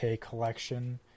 collection